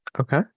okay